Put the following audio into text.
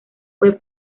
fue